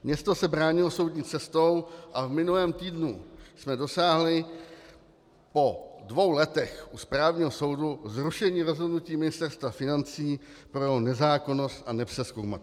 Město se bránilo soudní cestou a v minulém týdnu jsme dosáhli po dvou letech u správního soudu zrušení rozhodnutí Ministerstva financí pro nezákonnost a nepřezkoumatelnost.